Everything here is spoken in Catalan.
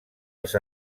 els